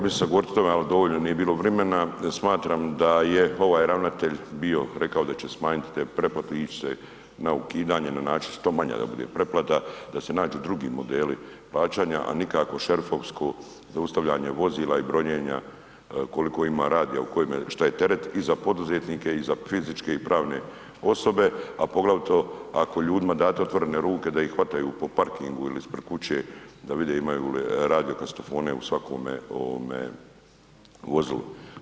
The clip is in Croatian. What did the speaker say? Mislio sam govoriti o tome ali dovoljno nije bilo vremena, smatram da je ovaj ravnatelj bio rekao da će smanjiti te preplate i ići se na ukidanje na način što manje da bude preplata, da se nađu drugi modeli plaćanja a nikakvo šerifovsko zaustavljanje vozila i brojenja koliko ima radija u kojemu, šta je teret i za poduzetnike i za fizičke i pravne osobe a poglavito ako ljudima date otvorene ruke da ih hvataju po parkingu ili ispred kuće da vide imaju li radio kazetofone u svakome vozilu.